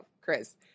Chris